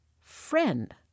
friend